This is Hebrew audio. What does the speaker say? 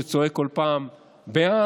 שצועק כל פעם "בעד,